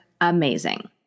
amazing